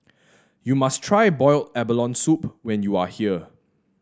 you must try Boiled Abalone Soup when you are here